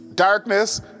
Darkness